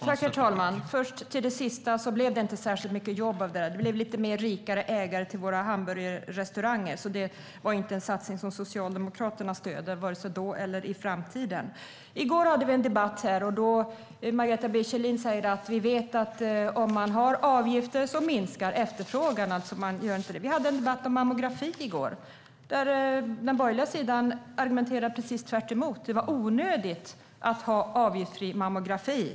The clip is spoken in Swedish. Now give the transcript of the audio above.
Herr talman! Jag ska ta upp det sista först. Det blev inte särskilt mycket jobb av det där. Det blev lite rikare ägare till våra hamburgerrestauranger. Det är inte en satsning som Socialdemokraterna stöder, vare sig då eller i framtiden. I går hade vi en debatt här. Margareta B Kjellin säger: Vi vet att efterfrågan minskar om man har avgifter. Vi hade en debatt om mammografi i går. Där argumenterade den borgerliga sidan precis tvärtemot. Det var onödigt att ha avgiftsfri mammografi.